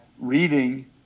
reading